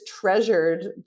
treasured